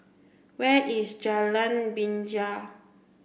where is Jalan Binjai